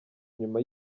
nyuma